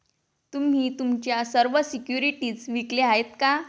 तुम्ही तुमच्या सर्व सिक्युरिटीज विकल्या आहेत का?